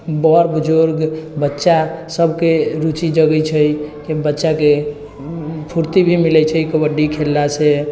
बड़ बुजुर्ग बच्चा सभके रुचि जगै छै कि बच्चाके फुर्ती भी मिलै छै कबड्डी खेललासँ